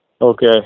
Okay